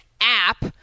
app